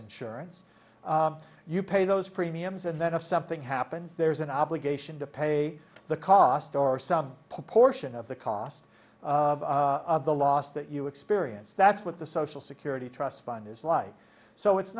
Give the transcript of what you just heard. insurance you pay those premiums and then if something happens there's an obligation to pay the cost or some portion of the cost of the loss that you experience that's what the social security trust fund is like so it's